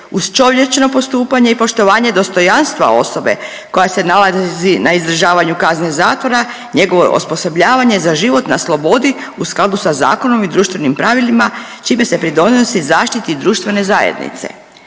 uz čovječno postupanje i poštovanje dostojanstva osobe koja se nalazi na izdržavanju kazne zatvora njegovo osposobljavanje za život na slobodi u skladu sa zakonom i društvenim pravilima čime se pridonosi zaštiti društvene zajednice.